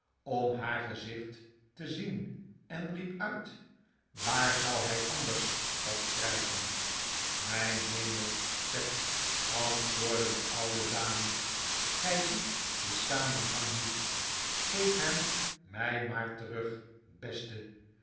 brilafom haar gezicht te zien en riep uit waar zou hij anders op schrpen mijn hemel sept antwoordde de oude dame gij ziet den samenhang niet geefhem mij maar'terug beste